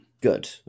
Good